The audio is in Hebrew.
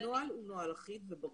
הנוהל הוא נוהל אחיד וברור.